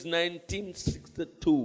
1962